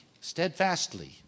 steadfastly